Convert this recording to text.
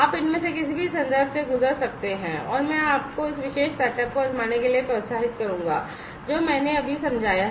आप इनमें से किसी भी संदर्भ से गुजर सकते हैं मैं आपको इस विशेष सेटअप को आज़माने के लिए प्रोत्साहित करूँगा जो मैंने अभी समझाया है